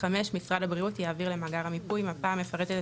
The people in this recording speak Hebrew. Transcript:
משרד הבריאות יעביר למאגר המיפוי מפה המפרטת את